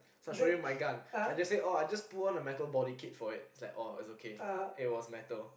so I show you my gun I just say oh I just put on a metal body kit for it it's like oh it's okay it was metal